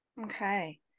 Okay